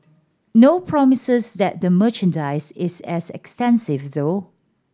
no promises that the merchandise is as extensive though